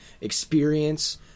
experience